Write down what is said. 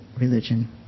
religion